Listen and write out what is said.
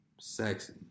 sexy